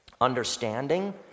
understanding